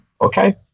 okay